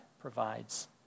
provides